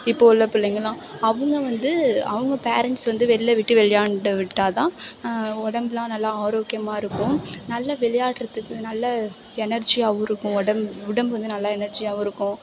இப்போது உள்ள பிள்ளைங்களாம் அவங்க வந்து அவங்க பேரண்ட்ஸ் வந்து வெளில விட்டு விளையாட விட்டால் தான் உடம்புலாம் நல்லா ஆரோக்கியமாக இருக்கும் நல்ல விளையாடுறதுக்கு நல்ல எனர்ஜியாகவும் இருக்கும் உடம்பு உடம்பு வந்து நல்ல எனர்ஜியாகவும் இருக்கும்